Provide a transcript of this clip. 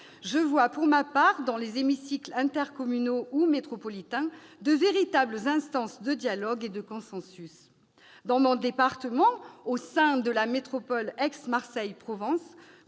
Je vois pour ma part dans les hémicycles intercommunaux ou métropolitains de véritables instances de dialogue et de consensus. Dans mon département, au sein de la métropole Aix-Marseille Provence,